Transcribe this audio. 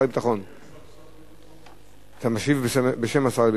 או בשם שר הביטחון?